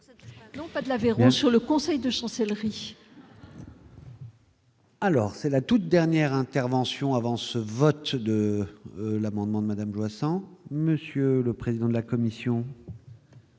non pas de l'Aveyron, sur le conseil de chancellerie. Alors c'est la toute dernière intervention avant ce vote de l'amendement de Madame Joissains, monsieur le président de la commission.